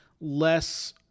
less